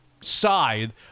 side